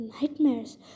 nightmares